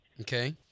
Okay